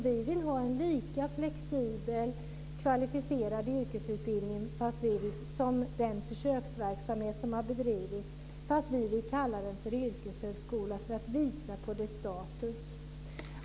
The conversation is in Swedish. Vi vill ha en lika flexibel, kvalificerad yrkesutbildning som i den försöksverksamhet som har bedrivits, men vi vill kalla den yrkeshögskola för att visa på dess status.